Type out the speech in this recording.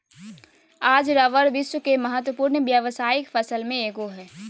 आज रबर विश्व के महत्वपूर्ण व्यावसायिक फसल में एगो हइ